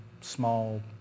small